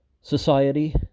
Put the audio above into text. society